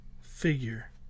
figure